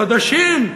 חדשים.